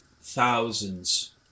thousands